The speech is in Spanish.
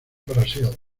brasil